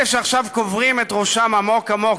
אלה שעכשיו קוברים את ראשם עמוק עמוק,